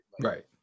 right